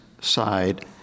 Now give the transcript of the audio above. side